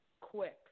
quick